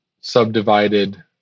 subdivided